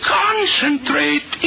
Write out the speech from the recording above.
concentrate